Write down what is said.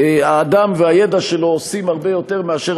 האדם והידע שלו עושים הרבה יותר מאשר